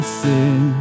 sin